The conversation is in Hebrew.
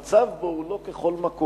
המצב בו הוא לא כבכל מקום,